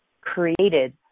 created